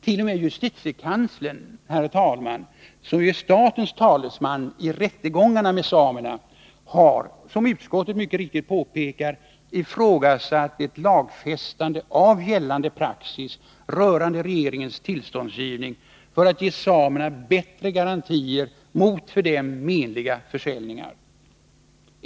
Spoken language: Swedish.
T. o. m. justitiekanslern, som ju är statens talesman i rättegångarna med samerna, har, som utskottet mycket riktigt påpekar, ifrågasatt ett lagfästan 157 de av gällande praxis rörande regeringens tillståndsgivning för att ge samerna bättre garantier mot för dem menliga försäljningar.